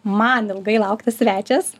man ilgai lauktas svečias